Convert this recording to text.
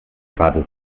gratis